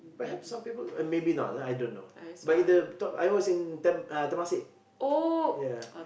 perhaps some people uh maybe not ah I don't know but if the top I was in tamp~ uh Temasek ya